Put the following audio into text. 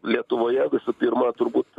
lietuvoje visų pirma turbūt